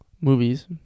movies